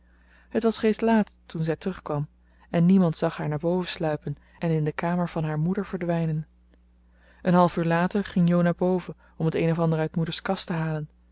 het was reeds laat toen zij terugkwam en niemand zag haar naar boven sluipen en in de kamer van haar moeder verdwijnen een half uur later ging jo naar boven om t een of ander uit moeders kast te halen